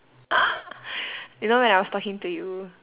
you know when I was talking to you